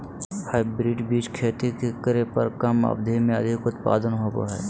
hybrid बीज से खेती करे पर कम अवधि में अधिक उत्पादन होबो हइ